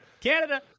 Canada